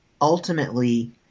ultimately